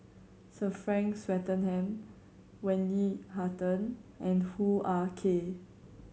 Sir Frank Swettenham Wendy Hutton and Hoo Ah Kay